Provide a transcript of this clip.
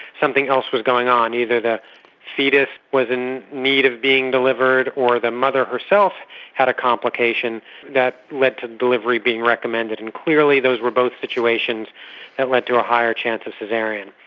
something else was going on, either the foetus was in need of being delivered or the mother herself had a complication that led to the delivery being recommended, and clearly those were both situations that led to a higher chance of caesarean. and